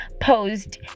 posed